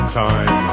time